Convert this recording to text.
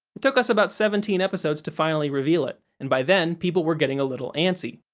it took us about seventeen episodes to finally reveal it, and by then people were getting a little antsy.